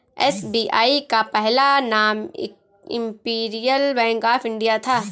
SBI का पहला नाम इम्पीरीअल बैंक ऑफ इंडिया था